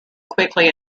quickly